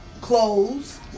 Clothes